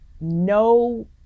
no